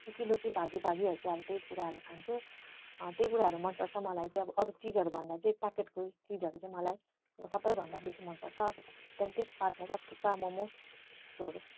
लुकीलुकी भागीभागीहरू चाहिँ अब त्यही खानेकुराहरू खान्छु त्यही कुराहरू मनपर्छ मलाई चाहिँ अब अरू चिजहरूभन्दा चाहिँ प्याकेटको चिजहरू चाहिँ मलाई अब सबैभन्दा बेसी मनपर्छ त्यहाँदेखि त्यसको बादमा चाहिँ थुक्पा मोमो त्यस्तोहरू